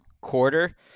quarter